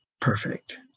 perfect